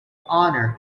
honour